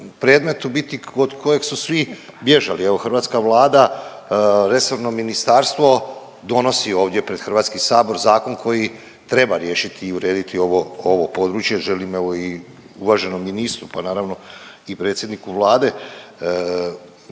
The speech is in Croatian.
predmet u biti kod kojeg su svi bježali. Evo hrvatska Vlada, resorno ministarstvo donosi ovdje pred Hrvatski sabor zakon koji treba riješiti i urediti ovo područje, želim evo i uvaženom ministru, pa naravno i predsjedniku Vlade